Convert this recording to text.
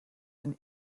and